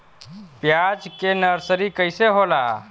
प्याज के नर्सरी कइसे होला?